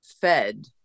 fed